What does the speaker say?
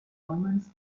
omens